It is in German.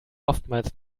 oftmals